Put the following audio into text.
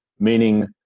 meaning